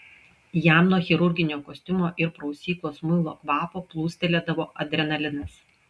jam nuo chirurginio kostiumo ir prausyklos muilo kvapo plūstelėdavo adrenalinas